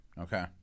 Okay